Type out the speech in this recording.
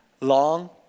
long